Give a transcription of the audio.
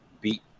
beat